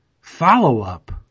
follow-up